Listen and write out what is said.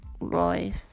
life